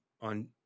on